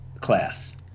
class